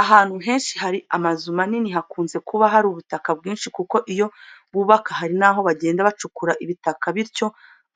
Ahantu henshi hari amazu manini hakunze kuba hari ubutaka bwinshi kuko iyo bubaka hari n'aho bagenda bacukura ibitaka bityo